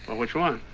and which one?